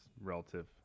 relative